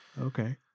Okay